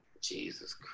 Jesus